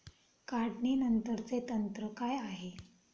काढणीनंतरचे तंत्र काय आहे?